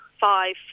five